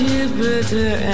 Jupiter